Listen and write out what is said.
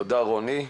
תודה, רוני.